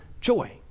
joy